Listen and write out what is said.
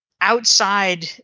outside